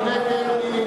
מי נגד?